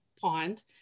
pond